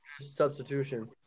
substitution